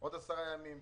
בעוד עשרה ימים,